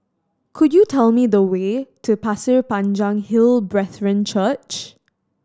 could you tell me the way to Pasir Panjang Hill Brethren Church